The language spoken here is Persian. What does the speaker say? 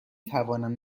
توانم